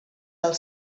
del